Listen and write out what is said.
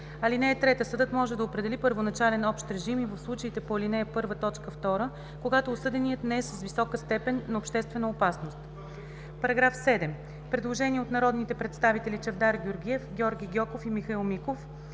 (3) Съдът може да определи първоначален общ режим и в случаите по ал. 1, т. 2, когато осъденият не е с висока степен на обществена опасност.“ По § 7 има предложение от народните представители Чавдар Георгиев, Георги Гьоков и Михаил Миков: